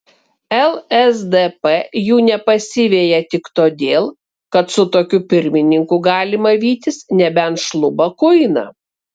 lsdp jų nepasiveja tik todėl kad su tokiu pirmininku galima vytis nebent šlubą kuiną